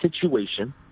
situation